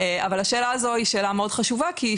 אבל השאלה הזו היא שאלה מאוד חשובה כי היא